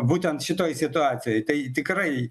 būtent šitoj situacijoj tai tikrai